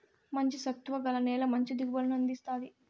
మంచి సత్తువ గల నేల మంచి దిగుబడులను అందిస్తాది